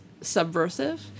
subversive